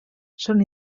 són